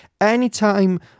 anytime